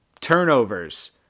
turnovers